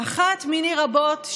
אחת מיני רבות,